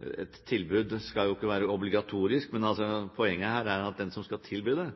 et tilbud skal jo ikke være obligatorisk – men poenget her er at den som skal tilby dette,